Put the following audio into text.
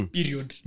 Period